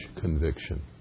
conviction